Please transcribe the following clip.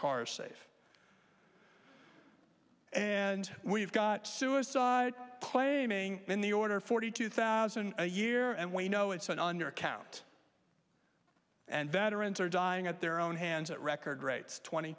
is safe and we've got suicide claiming in the order forty two thousand a year and we know it's an undercount and veterans are dying at their own hands at record rates twenty